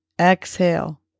Exhale